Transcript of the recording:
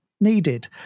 needed